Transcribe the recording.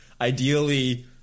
ideally